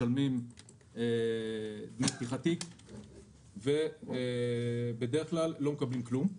משלמים עבור פתיחת תיק ובדרך כלל לא מקבלים כלום.